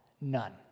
None